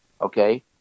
Okay